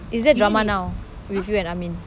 is there drama now with you and amin